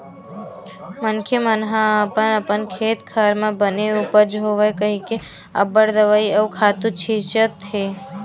मनखे मन ह अपन अपन खेत खार म बने उपज होवय कहिके अब्बड़ दवई अउ खातू छितत हे